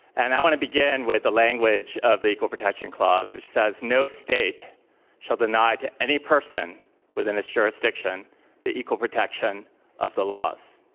and i want to begin with the language of the equal protection clause, which says, no state shall, deny to any person within its jurisdiction the equal protection of the laws.